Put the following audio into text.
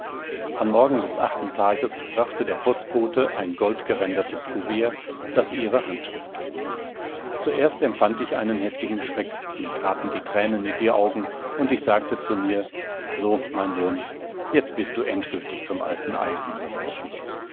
am morgen des achten tages brachte der postbote ein goldgerändertes kuvert das ihre handschrift trug zuerst empfand ich einen heftigen schreck mir traten die tränen in die augen und ich sagte zu mir so mein sohn jetzt bist du endgültig zum alten eisen geworfen